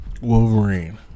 Wolverine